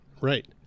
right